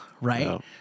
right